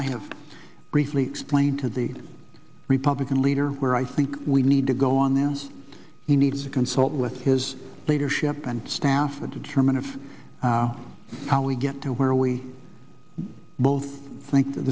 i have briefly explained to the republican leader where i think we need to go on now he needs to consult with his leadership and staff to determine of how we get to where we both think that